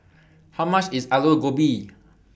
How much IS Alu Gobi